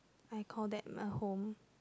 I call that my home